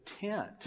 tent